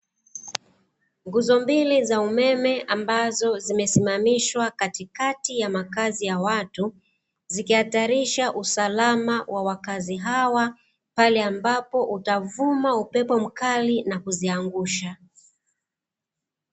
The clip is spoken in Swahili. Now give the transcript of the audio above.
Nguzo mbili za umeme ambazo zimesimamishwa katikati ya makazi ya watu, zikihatarisha usalama wa wakazi hawa pale ambapo utavuna upepo mkali na kuziangusha.